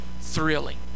thrilling